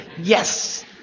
Yes